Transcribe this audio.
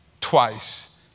twice